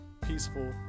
peaceful